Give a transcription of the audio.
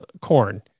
corn